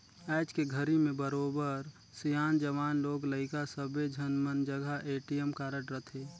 आयज के घरी में बरोबर सियान, जवान, लोग लइका सब्बे झन मन जघा ए.टी.एम कारड रथे